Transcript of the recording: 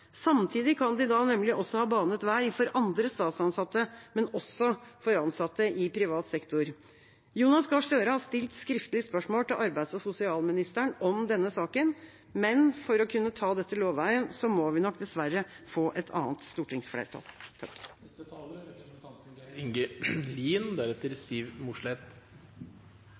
Samtidig kan de da nemlig også ha banet vei for andre statsansatte, men også for ansatte i privat sektor. Representanten Jonas Gahr Støre har stilt skriftlig spørsmål til arbeids- og sosialministeren om denne saken, men for å kunne ta dette lovveien må vi nok dessverre få et annet stortingsflertall.